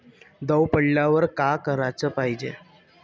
दव पडल्यावर का कराच पायजे?